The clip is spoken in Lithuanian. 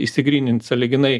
išsigrynint sąlyginai